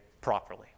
properly